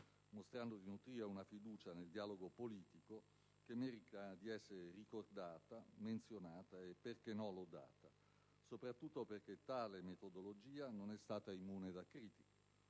mostrando di nutrire una fiducia nel dialogo politico che merita di essere ricordata, menzionata e, perché no, lodata, soprattutto perché tale metodologia non è stata immune da critiche.